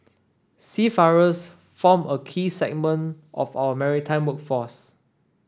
seafarers form a key segment of our maritime workforce